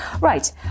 Right